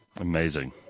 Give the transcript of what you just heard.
Amazing